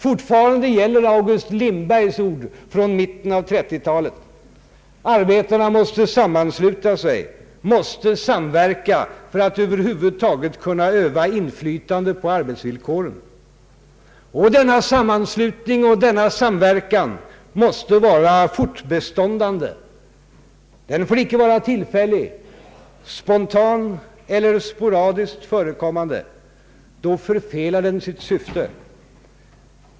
Fortfarande gäller August Lindbergs ord från mitten av 1930 talet. ”Arbetarna måste sammansluta sig, måste samverka för att över huvud taget kunna utöva inflytande på arbetsvillkoren. Denna sammanslutning och samverkan måste vara fortbestående, den får icke vara tillfällig, spontan, eller sporadiskt förekommande, ty då förfelar den sitt syfte.